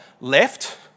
left